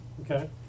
Okay